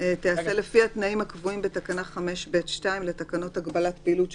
תיעשה לפי התנאים הקבועים בתקנה 5(ב)(2) לתקנות הגבלת פעילות.